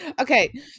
Okay